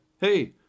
hey